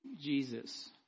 Jesus